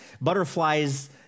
butterflies